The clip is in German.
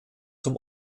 zum